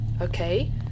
Okay